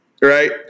Right